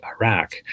Iraq